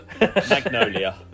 Magnolia